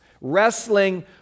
wrestling